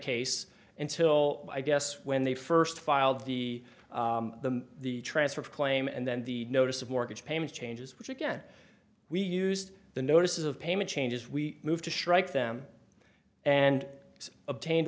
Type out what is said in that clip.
case until i guess when they first filed the the transfer of claim and then the notice of mortgage payment changes which again we used the notices of payment changes we moved to strike them and obtained